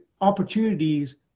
opportunities